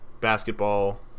basketball